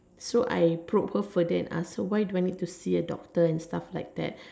so I probed her further and asked her why do I have to see a doctor and stuff like that